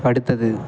அடுத்தது